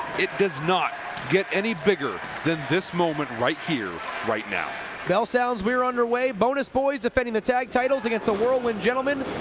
it does not get any bigger than this moment right here right now. bc bell sounds, we are underway bonus boys defending the tag title against the whirlwind gentlemen.